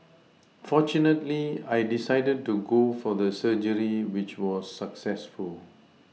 fortunately I decided to go for the surgery which was successful